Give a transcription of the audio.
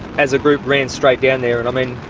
as a group, ran straight down there. and i mean,